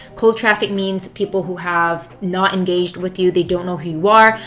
cold traffic means people who have not engaged with you, they don't know who you are,